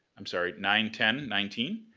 i'm sorry, nine ten nineteen.